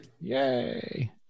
Yay